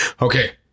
okay